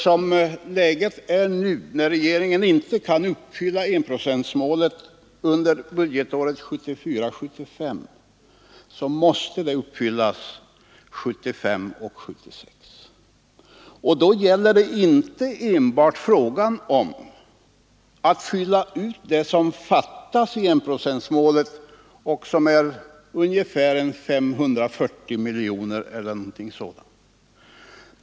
Som läget är nu, när regeringen inte kan uppfylla enprocentsmålet under budgetåret 1974 76. Och då gäller det inte enbart att fylla ut det som fattas för att enprocentsmålet skall uppnås och som är 540 miljoner eller någonting sådant.